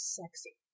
sexy